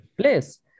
place